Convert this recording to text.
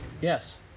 Yes